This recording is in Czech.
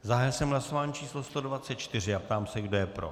Zahájil jsem hlasování číslo 124 a ptám se, kdo je pro.